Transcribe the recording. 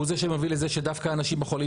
הוא זה שמביא לזה שדווקא אנשים החולים